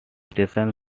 station